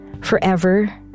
Forever